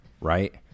right